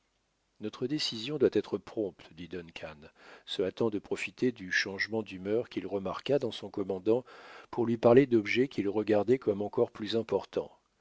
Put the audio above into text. notre décision doit être prompte dit duncan se hâtant de profiter du changement d'humeur qu'il remarquait dans son commandant pour lui parler d'objets qu'il regardait comme encore plus importants